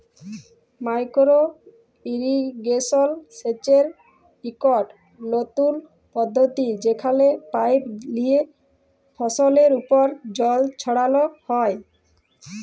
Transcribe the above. micro irrigation সেচের ইকট লতুল পদ্ধতি যেখালে পাইপ লিয়ে ফসলের উপর জল ছড়াল হ্যয়